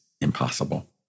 impossible